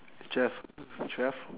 twelve twelve